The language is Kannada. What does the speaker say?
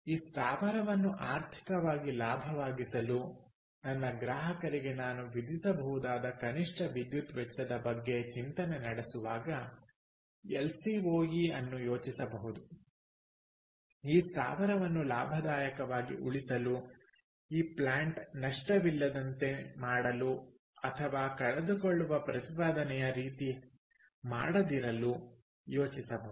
ಈ ಸ್ಥಾವರವನ್ನು ಆರ್ಥಿಕವಾಗಿ ಲಾಭದಾಯಕವಾಗಿಸಲು ನನ್ನ ಗ್ರಾಹಕರಿಗೆ ನಾನು ವಿಧಿಸಬಹುದಾದ ಕನಿಷ್ಠ ವಿದ್ಯುತ್ ವೆಚ್ಚದ ಬಗ್ಗೆ ಚಿಂತನೆ ನಡೆಸುವಾಗ ಎಲ್ಸಿಒಇ ಅನ್ನು ಯೋಚಿಸಬಹುದು ಈ ಸ್ಥಾವರವನ್ನು ಲಾಭದಾಯಕವಾಗಿ ಉಳಿಸಲು ಈ ಪ್ಲಾಂಟನ್ನು ನಷ್ಟವಿಲ್ಲದಂತೆ ಮಾಡಲು ಅಥವಾ ಕಳೆದುಕೊಳ್ಳುವ ಪ್ರತಿಪಾದನೆಯ ರೀತಿ ಮಾಡದಿರಲು ಯೋಚಿಸಬಹುದು